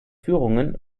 führungen